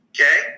okay